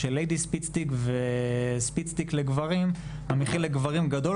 ספיד-סטיק וספיד-סטיק לגברים המחיר לגברים גבוה